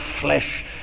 flesh